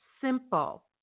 simple